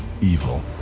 evil